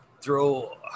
throw